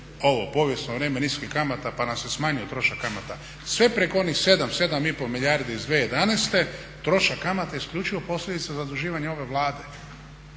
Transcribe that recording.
ovo povijesno vrijeme niskih kamata, pa nam se smanjio trošak kamata. Sve preko onih 7, 7 i pol milijardi iz 2011. trošak kamata je isključivo posljedica zaduživanja ove Vlade.